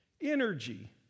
energy